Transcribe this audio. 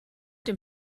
dem